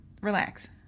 relax